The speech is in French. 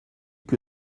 que